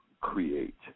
create